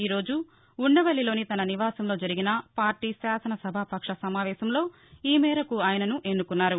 ఈరోజు ఉండవల్లిలోని తన నివాసంలో జరిగిన పార్టీ శాసనసభాపక్ష సమావేశంలో ఈ మేరకు ఆయనను ఎన్నుకున్నారు